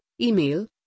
email